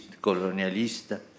colonialista